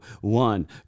one